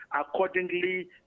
accordingly